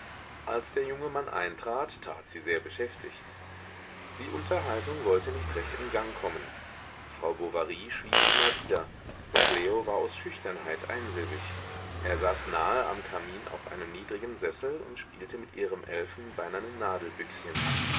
als der junge mann eintrat tat sie sehr beschäftigt die unterhaltung wollte nicht recht in gang kommen frau bovary schwieg immer wieder und leo war aus schüchternheit einsilbig er saß nahe am kamin auf einem niedrigen sessel und spielte mit ihrem